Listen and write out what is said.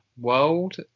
world